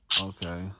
Okay